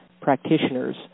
practitioners